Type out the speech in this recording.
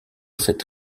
cette